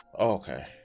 Okay